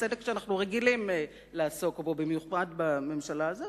הצדק שאנחנו רגילים לעסוק בו במיוחד בממשלה הזאת.